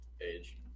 age